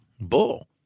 Bull